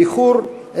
באיחור,